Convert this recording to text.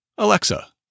Alexa